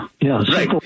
Yes